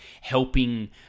helping